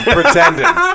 Pretending